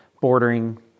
bordering